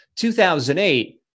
2008